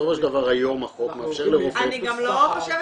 בסופו של דבר היום החוק מאפשר לרופא --- אני גם לא חושבת